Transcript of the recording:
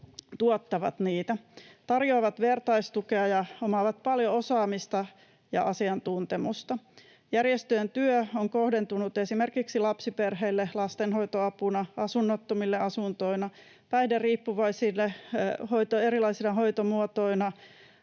tuottavat niitä, tarjoavat vertaistukea ja omaavat paljon osaamista ja asiantuntemusta. Järjestöjen työ on kohdentunut esimerkiksi lapsiperheille lastenhoitoapuna, asunnottomille asuntoina, päihderiippuvaisille erilaisina hoitomuotoina,